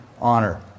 honor